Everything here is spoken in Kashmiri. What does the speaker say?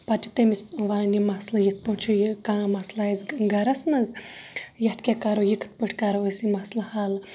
پَتہٕ چھِ تمِس وَنان یِم مَسلہٕ یِتھ پٲٹھۍ چھُ یہِ کانٛہہ مَسلہٕ اَسہِ گَرَس مَنٛز یَتھ کیاہ کَرو یہِ کِتھ پٲٹھۍ کَرو أسۍ یہِ مَسلہٕ حَل